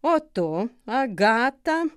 o tu agata